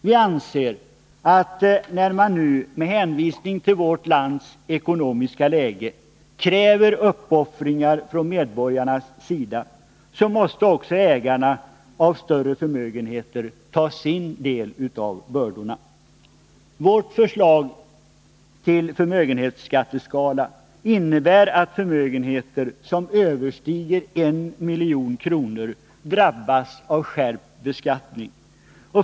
Vi anser att när man nu, med hänvisning till vårt lands ekonomiska läge, kräver uppoffringar från medborgarna, så måste också ägarna av större förmögenheter ta sin del av bördorna. Vårt förslag till förmögenhetsskatteskala innebär att förmögenheter som överstiger 1 milj.kr. drabbas av skärpt beskattning.